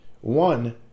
one